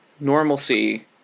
Normalcy